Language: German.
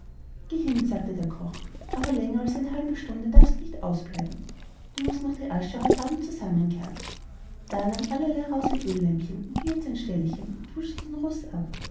hin sagte der koch aber länger als eine halbe stunde darfst du nicht ausbleiben du mußt noch die asche heut abend zusammenkehren da nahm allerlei rauh sein oehllämpchen und ging in sein ställchen und wusch sich den ruß ab